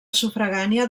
sufragània